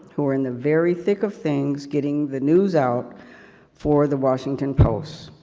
who are in the very thick of things, getting the news out for the washington post.